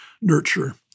nurture